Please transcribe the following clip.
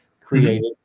created